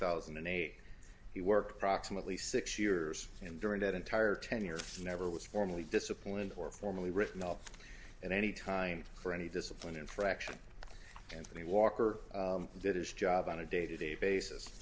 thousand and eight he worked proximately six years and during that entire tenure he never was formally disciplined or formally written off at any time for any discipline infraction and the walker did his job on a day to day basis